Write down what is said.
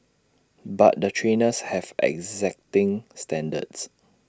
but the trainers have exacting standards